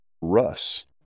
Russ